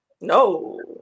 No